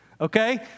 Okay